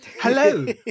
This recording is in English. Hello